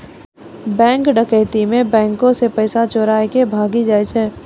bank डकैती मे बैंको से पैसा चोराय के भागी जाय छै